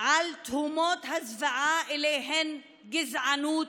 על תהומות הזוועה שאליהן גזענות,